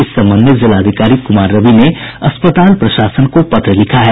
इस संबंध में जिलाधिकारी कुमार रवि ने अस्पताल प्रशासन को पत्र लिखा है